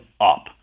up